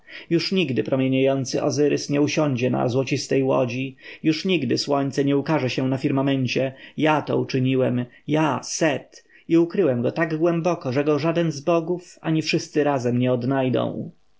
już nigdy promieniejący ozyrys nie usiądzie na złocistej łodzi już nigdy słońce nie ukaże się na firmamencie ja to uczyniłem ja set i ukryłem go tak głęboko że go żaden z bogów ani wszyscy razem nie odnajdą